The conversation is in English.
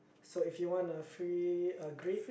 so if you want a free uh grade